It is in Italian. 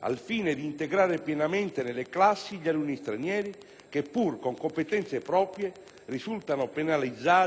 al fine di integrare pienamente nelle classi gli alunni stranieri che, pur con competenze proprie, risultano penalizzati dalla barriera linguistica.